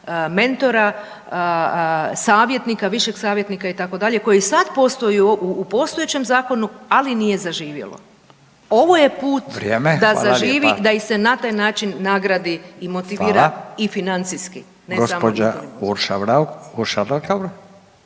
mentora, savjetnika, višeg savjetnika itd. koji sad postoji u postojećem zakonu, ali nije zaživjelo. Ovo je put da …/Upadica Radin: Vrijeme, hvala lijepa./… zaživi da ih se na taj način nagradi i motivira i financijski